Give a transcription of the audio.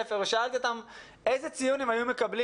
שאלתי אותם איזה ציון הם היו מקבלים